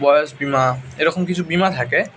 বয়স বিমা এরকম কিছু বিমা থাকে